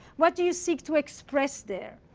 what do you seek to express there?